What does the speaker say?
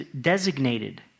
designated